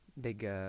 big